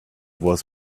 was